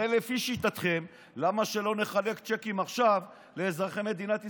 הרי לפי שיטתכם למה שלא נחלק צ'קים עכשיו לאזרחי מדינת ישראל?